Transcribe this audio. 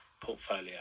portfolio